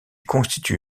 constitue